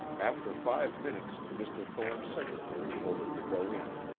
after five minutes mr. thorne's secretary told him to go in.